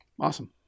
Awesome